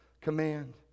command